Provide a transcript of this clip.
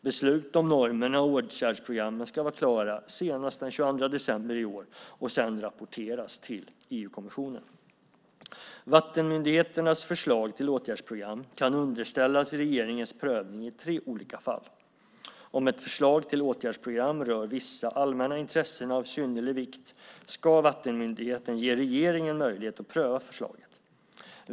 Beslut om normerna och åtgärdsprogrammen ska vara klara senast den 22 december i år och sedan rapporteras till EU-kommissionen. Vattenmyndigheternas förslag till åtgärdsprogram kan underställas regeringens prövning i tre olika fall. Om ett förslag till åtgärdsprogram rör vissa allmänna intressen av synnerlig vikt ska vattenmyndigheten ge regeringen möjlighet att pröva förslaget.